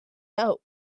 out